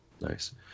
Nice